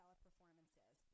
Performances